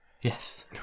yes